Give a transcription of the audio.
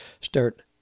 start